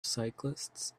cyclists